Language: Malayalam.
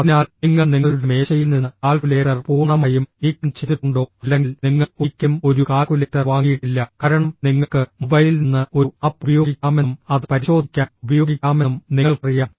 അതിനാൽ നിങ്ങൾ നിങ്ങളുടെ മേശയിൽ നിന്ന് കാൽക്കുലേറ്റർ പൂർണ്ണമായും നീക്കം ചെയ്തിട്ടുണ്ടോ അല്ലെങ്കിൽ നിങ്ങൾ ഒരിക്കലും ഒരു കാൽക്കുലേറ്റർ വാങ്ങിയിട്ടില്ല കാരണം നിങ്ങൾക്ക് മൊബൈലിൽ നിന്ന് ഒരു ആപ്പ് ഉപയോഗിക്കാമെന്നും അത് പരിശോധിക്കാൻ ഉപയോഗിക്കാമെന്നും നിങ്ങൾക്കറിയാം